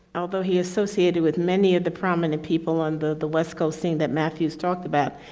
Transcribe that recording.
although he associated with many of the prominent people on the the west coast thing that matthew's talked about,